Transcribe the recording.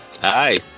Hi